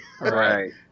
Right